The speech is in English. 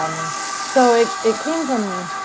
um so it it came from